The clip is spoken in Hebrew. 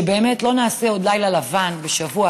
כולי תקווה שבאמת לא נעשה עוד לילה לבן בשבוע